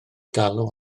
galw